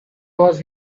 was